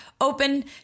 open